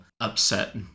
upset